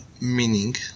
meaning